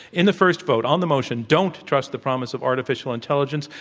in the first vote on the motion don't trust the promise of artificial intelligence,